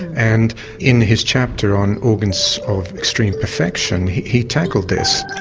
and in his chapter on organs of extreme perfection he tackled this.